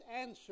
answer